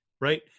right